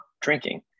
drinking